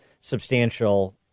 substantial